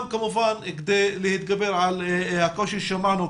כמובן כדי להתגבר על הקושי ששמענו,